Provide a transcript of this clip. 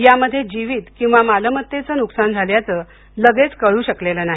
यामध्ये जीवित किंवा मालमत्तेचे नुकसान झाल्याचं लगेच कळू शकलं नाही